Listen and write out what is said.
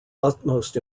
utmost